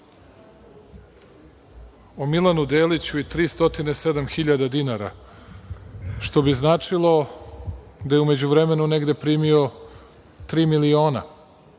o Milanu Deliću i 307 hiljada dinara, što bi značilo da je u međuvremenu negde primio tri miliona dinara.